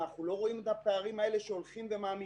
אנחנו לא רואים את הפערים האלה, שהולכים ומעמיקים?